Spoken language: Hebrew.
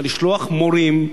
לשלוח מורים,